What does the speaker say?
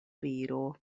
viro